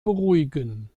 beruhigen